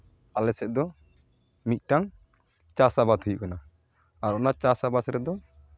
ᱟᱞᱮ ᱥᱮᱫ ᱫᱚ ᱢᱤᱫᱴᱟᱱ ᱪᱟᱥ ᱟᱵᱟᱫ ᱦᱩᱭᱩᱜ ᱠᱟᱱᱟ ᱟᱨ ᱚᱱᱟ ᱪᱟᱥ ᱟᱵᱟᱥ ᱨᱮᱫᱚ